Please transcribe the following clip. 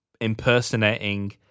impersonating